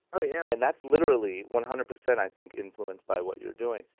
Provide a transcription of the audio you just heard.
oh yeah. and that's literally one hundred percent i think, influenced by what you're doing.